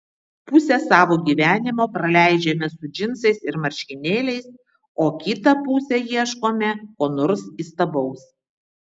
pusę savo gyvenimo praleidžiame su džinsais ir marškinėliais o kitą pusę ieškome ko nors įstabaus